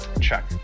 check